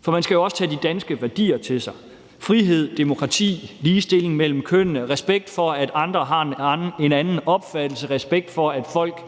for man skal jo også tage de danske værdier til sig: frihed; demokrati; ligestilling mellem kønnene; respekt for, at andre har en anden opfattelse; respekt for, at folk